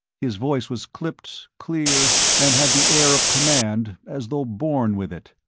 his voice was clipped, clear and had the air of command as though born with it.